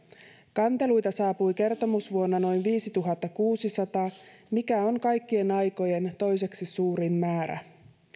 kanteluita saapui kertomusvuonna noin viisituhattakuusisataa mikä on kaikkien aikojen toiseksi suurin määrä